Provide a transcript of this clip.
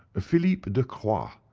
ah philippe de croy, um